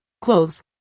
clothes